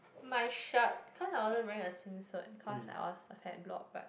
my shirt cause I wasn't wearing a swimsuit cause I was a fat block but